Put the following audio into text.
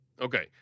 Okay